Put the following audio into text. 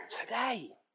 today